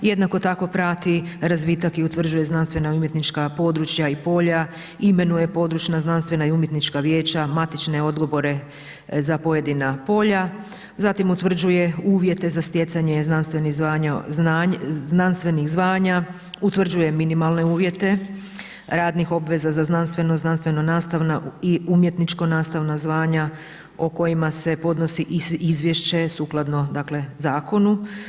Jednako tako prati razvitak i utvrđuje znanstvena i umjetnička područja i polja, imenuje područna znanstvena i umjetnička vijeća, matične odbore za pojedina polja, zatim utvrđuje uvjete za stjecanje znanstvenih zvanja, utvrđuje minimalne uvjete radnih obveza za znanstveno, znanstveno nastavna i umjetničko nastavna zvanja o kojima se podnosi izvješće sukladno dakle zakonu.